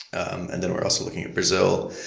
um and then, we're also looking at brazil,